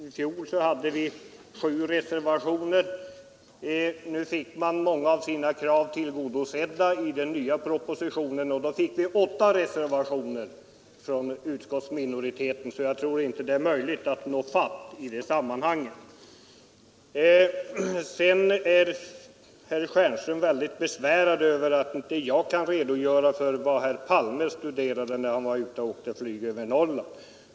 I fjol avgavs sju reservationer, men i år, när oppositionen fick många av sina krav tillgodosedda i den nya propositionen, avgav utskottsminoriteten trots detta åtta reservationer. Herr Stjernström var besvärad över att jag inte kan redogöra för vad herr Palme studerade när han gjorde sin flygtur över Norrland.